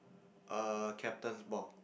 err captain's ball